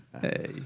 Hey